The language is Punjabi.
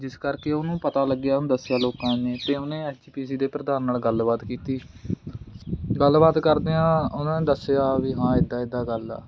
ਜਿਸ ਕਰਕੇ ਉਹਨੂੰ ਪਤਾ ਲੱਗਿਆ ਉਹਨੂੰ ਦੱਸਿਆ ਲੋਕਾਂ ਨੇ ਅਤੇ ਉਹਨੇ ਜੀ ਪੀ ਸੀ ਦੇ ਪ੍ਰਧਾਨ ਨਾਲ ਗੱਲਬਾਤ ਕੀਤੀ ਗੱਲਬਾਤ ਕਰਦਿਆਂ ਉਹਨਾਂ ਨੇ ਦੱਸਿਆ ਵੀ ਹਾਂ ਇੱਦਾਂ ਇੱਦਾਂ ਗੱਲ ਆ